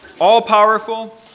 all-powerful